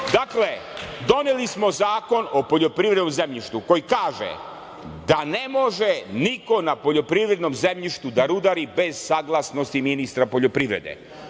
doneli smo Zakon o poljoprivrednom zemljištu koji kaže, da ne može niko na poljoprivrednom zemljištu da rudari bez saglasnosti ministra poljoprivrede.